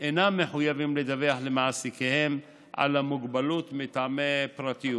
העובדים אינם מחויבים לדווח למעסיקיהם על המוגבלות מטעמי פרטיות.